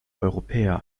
europäer